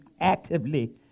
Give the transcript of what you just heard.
Actively